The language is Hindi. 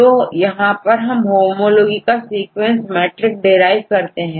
तो यहां पर हम Homology का सीक्वेंस मैट्रिक derive करते हैं